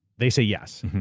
they say yes.